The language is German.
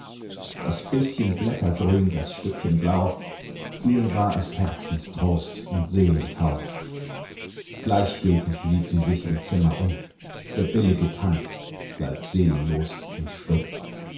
das bißchen blättergrün das stückchen blau ihr war es herzenstrost und seelentau gleichgültig sieht sie sich im zimmer um der billige tand bleibt seelenlos und stumm